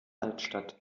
altstadt